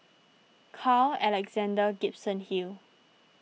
Carl Alexander Gibson Hill